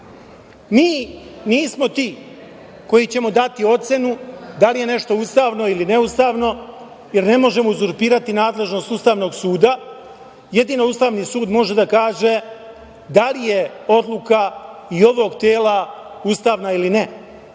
nismo ti koji ćemo dati ocenu da li je nešto ustavno ili neustavno, jer ne možemo uzurpirati nadležnost Ustavnog suda. Jedino Ustavni sud može da kaže da li je odluka i ovog tela ustavna ili ne.